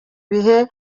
bihe